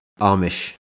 Amish